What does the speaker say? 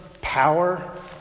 power